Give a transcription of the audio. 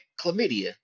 chlamydia